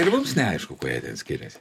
ir mums neaišku kuo jie ten skiriasi